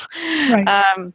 Right